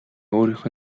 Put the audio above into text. өөрийнх